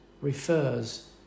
refers